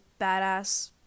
badass